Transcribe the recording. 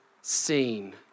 seen